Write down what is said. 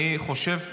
אני חושב באמת,